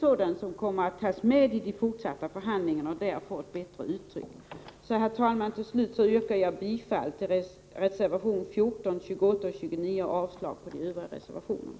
I de fortsatta förhandlingarna kommer också detta med i större utsträckning. Herr talman! Till slut vill jag yrka bifall till reservationerna nr 14,28 och 29 samt avslag på de övriga reservationerna.